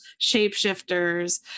shapeshifters